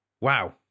Wow